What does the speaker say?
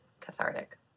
cathartic